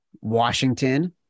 Washington